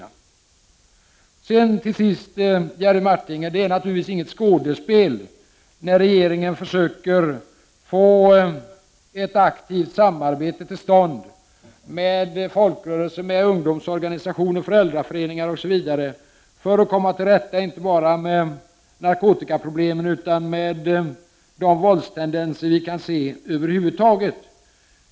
Till Jerry Martinger vill jag säga att det naturligtvis inte är fråga om något skådespel när regeringen försöker få ett aktivt samarbete till stånd med folkrörelser, med ungdomsorganisationer, med föräldraföreningar osv. för att komma till rätta inte bara med narkotikaproblemen utan med de våldstendenser som vi kan se över huvud taget.